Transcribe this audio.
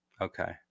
Okay